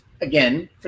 again